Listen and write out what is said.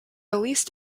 released